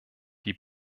die